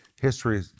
History